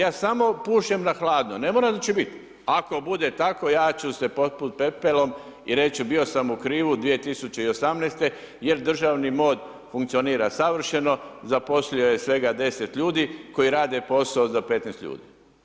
Ja samo pušem na hladno, ne mora da će biti, ako bude tako ja ću se posut pepelom i reći bio sam u krivu 2018. jer državni MOD funkcionira savršeno, zaposlio je svega 10 ljudi koji rade posao za 15 ljudi.